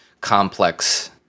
complex